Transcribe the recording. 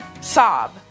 sob